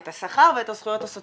את השכר ואת הזכויות הסוציאליות,